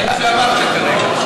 שאמרת כרגע.